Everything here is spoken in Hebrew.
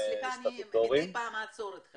בועז, סליחה, אני מדי פעם אעצור אותך.